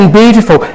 beautiful